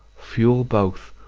fuel both,